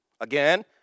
Again